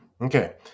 Okay